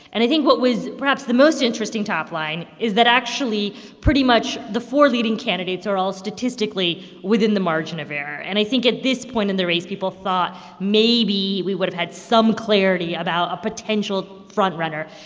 and i think what was, perhaps, the most interesting top line is that actually, pretty much the four leading candidates are all statistically within the margin of error. and i think at this point in the race, people thought maybe we would have had some clarity about a potential frontrunner.